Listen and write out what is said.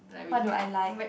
what do I like